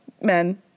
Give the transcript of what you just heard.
men